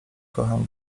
kocham